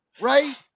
right